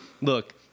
look